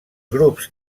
grups